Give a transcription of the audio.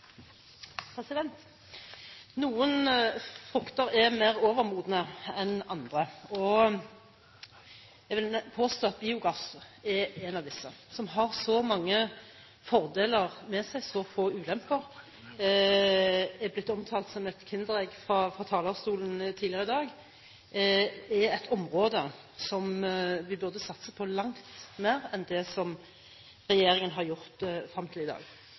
mange fordeler og så få ulemper og er blitt omtalt som «et kinderegg» fra talerstolen tidligere i dag at det er et område vi burde satse på langt mer enn det som regjeringen har gjort frem til i dag.